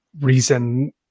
reason